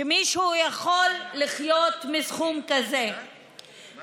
שמישהו יכול לחיות מסכום כזה.